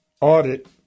audit